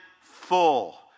full